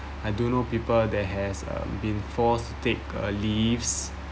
I do know people that has um been forced to take a leave